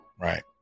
right